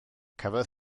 cafodd